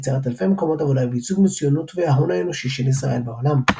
יצירת אלפי מקומות עבודה וייצוג מצוינות וההון האנושי של ישראל בעולם".